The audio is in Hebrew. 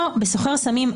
פה בסוחר סמים,